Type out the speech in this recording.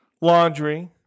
laundry